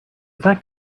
fact